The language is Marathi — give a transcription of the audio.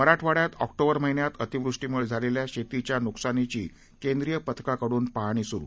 मराठवाङ्यातऑक्टोबरमहिन्यातअतिवृष्टीमुळेझालेल्याशेतीच्यानुकसानीचीकेंद्रीयपथकाकडूनपाहणीसुरु